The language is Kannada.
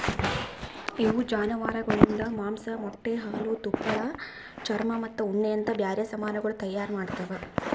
ಇವು ಜಾನುವಾರುಗೊಳಿಂದ್ ಮಾಂಸ, ಮೊಟ್ಟೆ, ಹಾಲು, ತುಪ್ಪಳ, ಚರ್ಮ ಮತ್ತ ಉಣ್ಣೆ ಅಂತ್ ಬ್ಯಾರೆ ಸಮಾನಗೊಳ್ ತೈಯಾರ್ ಮಾಡ್ತಾವ್